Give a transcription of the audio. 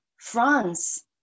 France